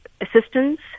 assistance